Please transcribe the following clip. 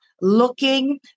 looking